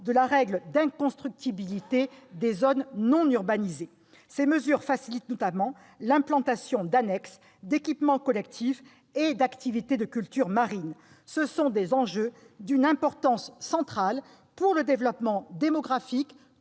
de la règle d'inconstructibilité des zones non urbanisées. Ces mesures faciliteront notamment l'implantation d'annexes, d'équipements collectifs et d'activités de cultures marines. Ce sont des enjeux d'une importance centrale pour le développement démographique,